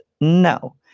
No